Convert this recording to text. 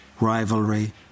rivalry